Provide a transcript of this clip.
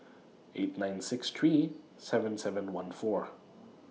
eight nine six three seven seven one four